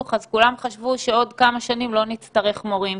אז כולם חשבו שבעוד כמה שנים לא נצטרך מורים,